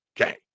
okay